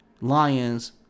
Lions